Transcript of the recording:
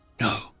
No